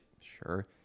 sure